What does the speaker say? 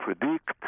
predict